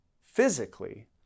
physically